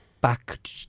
back